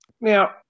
now